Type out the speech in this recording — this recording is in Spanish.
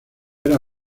era